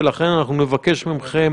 ולכן אני נבקש מכם